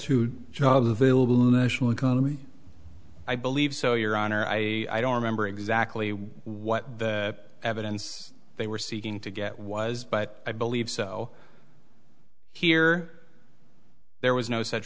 who jobs available national economy i believe so your honor i don't remember exactly what the evidence they were seeking to get was but i believe so here there was no such